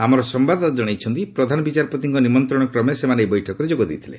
ଆମର ସମ୍ଭାଦଦାତା ଜଣାଇଛନ୍ତି ପ୍ରଧାନ ବିଚାରପତିଙ୍କ ନିମନ୍ତ୍ରଣ କ୍ରମେ ସେମାନେ ଏହି ବୈଠକରେ ଯୋଗ ଦେଇଥିଲେ